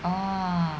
orh